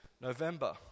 November